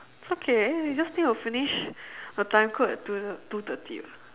it's okay you just need to finish the time quote at two two thirty [what]